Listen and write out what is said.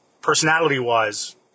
personality-wise